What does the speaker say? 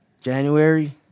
January